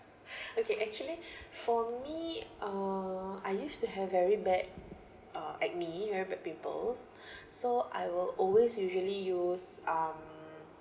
okay actually for me uh I used to have very bad uh acne very bad pimples so I will always usually use uh